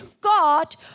God